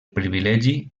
privilegi